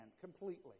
completely